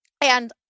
And-